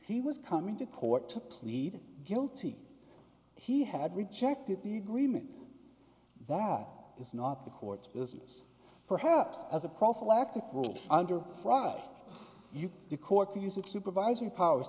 he was coming to court to plead guilty he had rejected the agreement while it's not the court's business perhaps as a prophylactic world under friday you decor can use it supervisory powers